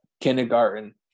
kindergarten